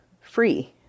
free